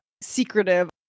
secretive